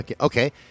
Okay